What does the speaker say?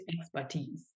expertise